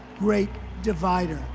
great divider.